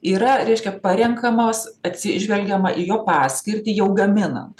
yra reiškia parenkamos atsižvelgiama į jo paskirtį jau gaminant